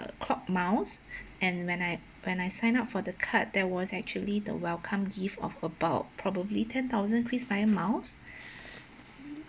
uh clock miles and when I when I sign up for the card there was actually the welcome gift of about probably ten thousand KrisFlyer miles